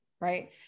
right